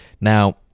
Now